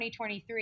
2023